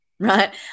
right